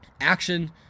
action